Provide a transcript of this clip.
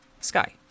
Sky